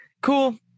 cool